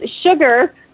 sugar